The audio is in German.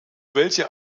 welche